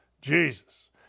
Jesus